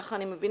כך אני מבינה,